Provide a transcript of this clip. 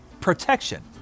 protection